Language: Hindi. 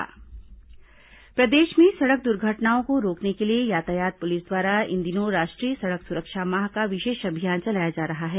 सड़क सुरक्षा माह प्रदेश में सड़क दुर्घटनाओं को रोकने के लिए यातायात पुलिस द्वारा इन दिनों राष्ट्रीय सड़क सुरक्षा माह का विशेष अभियान चलाया जा रहा है